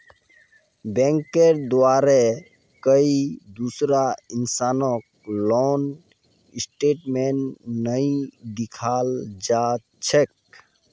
बैंकेर द्वारे कोई दूसरा इंसानक लोन स्टेटमेन्टक नइ दिखाल जा छेक